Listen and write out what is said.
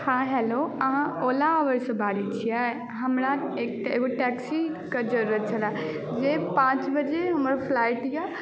हँ हेलो अहाँ ओला उबेरसँ बाजैत छियै हमरा एगो टैक्सीके जरूरत छले ठीक पाँच बजे हमर फ्लाइट यए